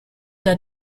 that